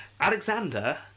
Alexander